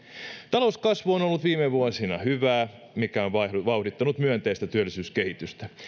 talouskasvu on on ollut viime vuosina hyvää mikä on vauhdittanut myönteistä työllisyyskehitystä